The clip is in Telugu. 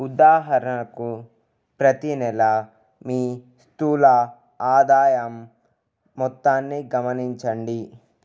ఉదాహరణకు ప్రతి నెలా మీ స్థూల ఆదాయం మొత్తాన్ని గమనించండి